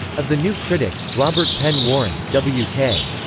of the new critics, robert penn warren, w k.